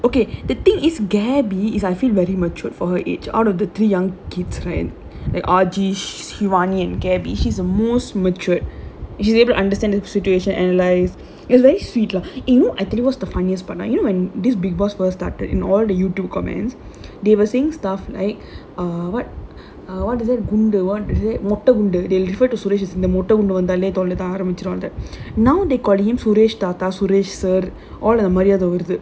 okay the thing is gabby is I feel very mature for her age out of the three young kids right like ajeedh shivani and gabby she's a most matured she is able to understand the situation and like very sweet lah eh I think was the funniest one this people first started all the YouTube comments they were saying stuff like uh what what to say குண்டு:gundu what to say மொட்ட குண்டு:motta gundu they will defend to suresh இந்த மொட்ட குண்டு வந்தாலே தொல்லதான் ஆரம்பிச்சுரும்ட்டு:intha motta gundu vanthaalae thollathaan aarambichurumttu now they call him as suresh தாத்தா:thatha suresh sir all அந்த மரியாதை வருது:antha mariyaathai varuthu